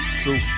two